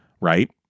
right